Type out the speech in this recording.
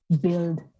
build